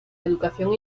educación